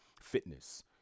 fitness